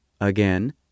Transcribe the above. again